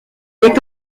est